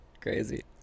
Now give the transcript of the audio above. crazy